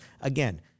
Again